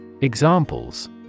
Examples